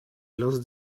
lost